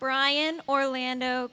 brian orlando